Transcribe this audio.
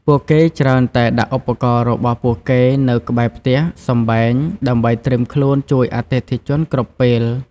ពួកគេច្រើនតែដាក់ឧបករណ៍របស់ពួកគេនៅក្បែរផ្ទះសម្បែងដើម្បីត្រៀមខ្លួនជួយអតិថិជនគ្រប់ពេល។